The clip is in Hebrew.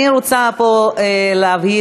אני רוצה פה להבהיר: